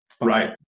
Right